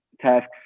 tasks